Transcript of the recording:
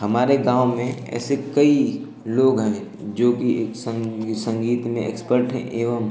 हमारे गाँव में ऐसे कई लोग हैं जो कि एक संगी संगीत में एक्सपर्ट हैं एवं